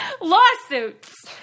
Lawsuits